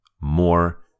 more